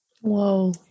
Whoa